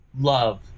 love